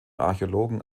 archäologen